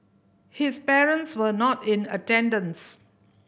his parents were not in attendance